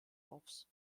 offs